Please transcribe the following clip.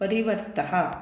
परिवर्तः